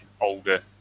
older